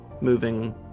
moving